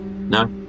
No